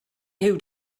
huw